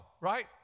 right